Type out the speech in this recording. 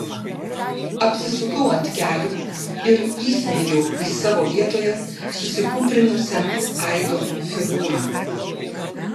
apsisukau ant kelių ir įsmeigiau į savo vietoje susikūprinusią aido figūrą